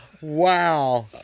Wow